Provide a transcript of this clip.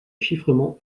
chiffrement